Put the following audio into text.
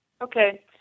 Okay